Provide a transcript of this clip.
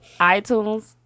iTunes